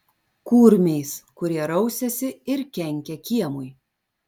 kurmiais kurie rausiasi ir kenkia kiemui